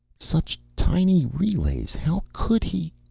such tiny relays. how could he